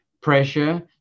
pressure